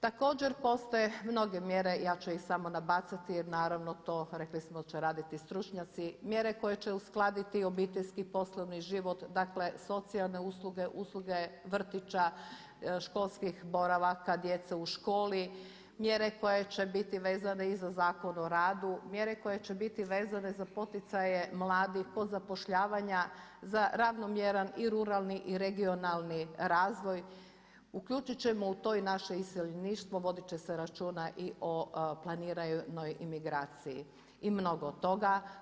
Također, postoje mnoge mjere, ja ću ih samo nabacati jer naravno to rekli smo će raditi stručnjaci, mjere koje će uskladiti i obiteljski poslovni život, dakle socijalne usluge, usluge vrtića, školskih boravaka djece u školi, mjere koje će biti vezane i za Zakon o radu, mjere koje će biti vezane za poticaje mladih kod zapošljavanja, za ravnomjeran i ruralni i regionalni razvoj, uključit ćemo u to i naše iseljeništvo, vodit će se računa i o planirano imigraciji i mnogo toga.